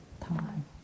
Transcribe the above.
time